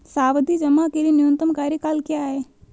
सावधि जमा के लिए न्यूनतम कार्यकाल क्या है?